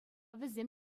вӗсем